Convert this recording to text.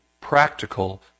practical